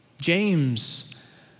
James